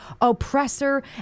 oppressor